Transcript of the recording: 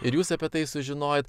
ir jūs apie tai sužinojot